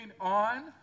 on